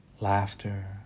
laughter